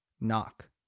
Knock